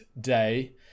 day